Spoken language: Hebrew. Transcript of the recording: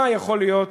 מה יכול להיות